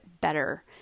better